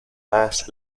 más